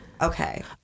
okay